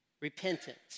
Repentance